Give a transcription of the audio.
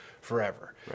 forever